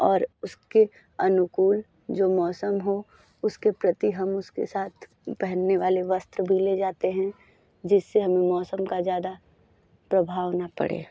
और उसके अनुकूल जो मौसम हो उसके प्रति हम उसके साथ पहनने वाले वस्र भी ले जाते हैं जिस से हमें मौसम का ज़्यादा प्रभाव ना पड़े